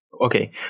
okay